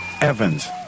Evans